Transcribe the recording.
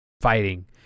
fighting